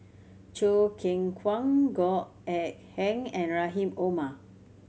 Choo Keng Kwang Goh Eck Kheng and Rahim Omar